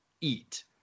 eat